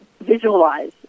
visualize